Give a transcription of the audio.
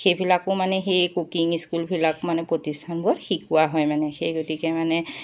সেইবিলাকো মানে সেই কুকিং স্কুলবিলাক মানে পতিষ্ঠানবোৰত শিকোৱা হয় মানে সেই গতিকে মানে